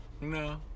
No